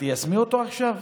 את תיישמי אותו עכשיו?